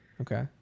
okay